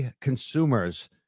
consumers